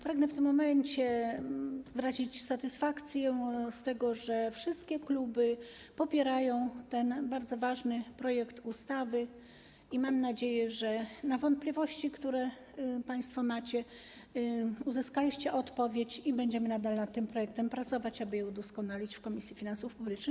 Pragnę w tym momencie wyrazić satysfakcję z tego, że wszystkie kluby popierają ten bardzo ważny projekt ustawy, i mam nadzieję, że na wątpliwości, które państwo macie, uzyskaliście odpowiedź i będziemy nadal nad tym projektem pracować, aby go udoskonalić, w Komisji Finansów Publicznych.